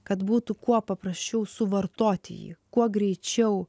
kad būtų kuo paprasčiau suvartoti jį kuo greičiau